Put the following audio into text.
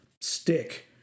stick